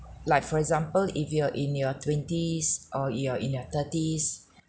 like for example if you're in your twenties or you are in your thirties